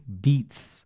beats